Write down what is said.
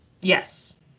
Yes